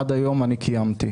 עד היום אני קיימתי.